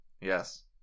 Yes